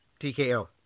TKO